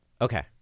Okay